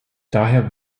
daher